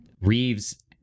Reeves